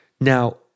Now